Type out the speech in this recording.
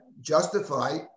justify